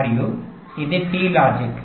మరియు ఇది T logic